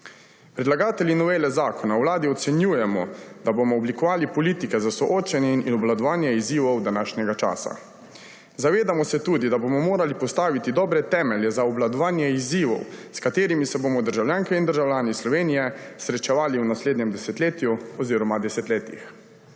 Predlagatelji novele Zakona o Vladi ocenjujemo, da bomo oblikovali politike za soočenje in obvladovanje izzivov današnjega časa. Zavedamo se tudi, da bomo morali postaviti dobre temelje za obvladovanje izzivov, s katerimi se bomo državljanke in državljani Slovenije srečevali v naslednjem desetletju oziroma desetletjih.